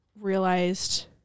realized